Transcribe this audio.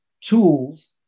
tools